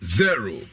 zero